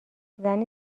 زنی